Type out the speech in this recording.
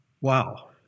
Wow